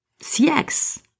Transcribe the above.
CX